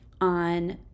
on